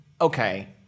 okay